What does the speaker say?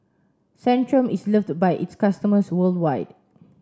Centrum is loved by its customers worldwide